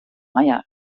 meier